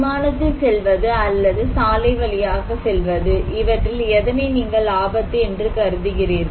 விமானத்தில் செல்வது அல்லது சாலை வழியாக செல்வது இவற்றில் எதனை நீங்கள் ஆபத்து என்று கருதுகிறீர்கள்